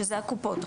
שזה הקופות.